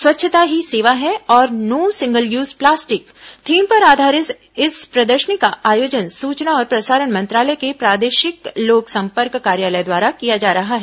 स्वच्छता ही सेवा है और no single use plastic theme पर आधारित इस प्रदर्शनी का आयोजन सूचना और प्रसारण मंत्रालय के प्रादेशिक लोक संपर्क कार्यालय द्वारा किया जा रहा है